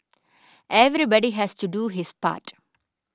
everybody has to do his part